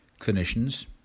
clinicians